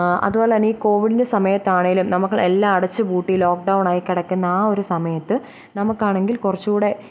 അതുപോലെ തന്നെ ഈ കോവിഡിന്റെ സമയത്ത് ആണേലും നമുക്ക് എല്ലാം അടച്ചു പൂട്ടി ലോക്ക്ഡൌൺ ആയി കിടക്കുന്ന ആ ഒരു സമയത്ത് നമ്മൾക്ക് ആണെങ്കില് കുറച്ചു കൂടെ